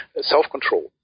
self-control